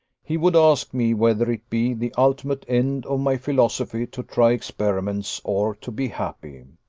he would ask me, whether it be the ultimate end of my philosophy to try experiments, or to be happy.